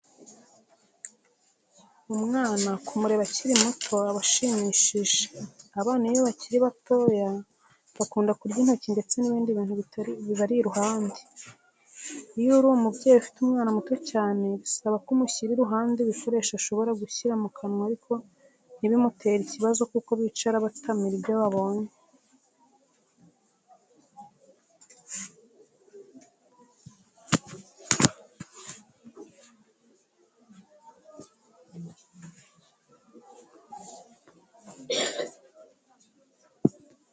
Umwana kumureba akiri muto aba ashimishije. Abana iyo bakiri batoya bakunda kurya intoki ndetse n'ibindi bintu bibari iruhande. Iyo uri umubyeyi ufite umwana muto cyane bisaba ko umushyira iruhande ibikoresho ashobora gushyira mu kanwa ariko ntibimutere ikibazo kuko bicara batamira ibyo babonye.